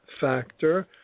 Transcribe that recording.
factor